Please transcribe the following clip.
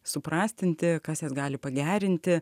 suprastinti kas jas gali pagerinti